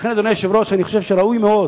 לכן, אדוני היושב-ראש, אני חושב שראוי מאוד